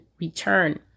return